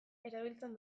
erabiltzen